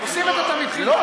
עושים את זה תמיד, חיליק.